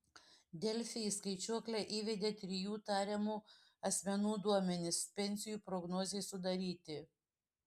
delfi į skaičiuoklę įvedė trijų tariamų asmenų duomenis pensijų prognozei sudaryti